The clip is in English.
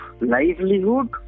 livelihood